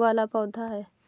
वाला पौधा है